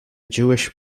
jewish